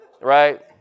Right